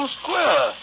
square